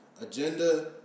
agenda